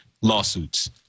lawsuits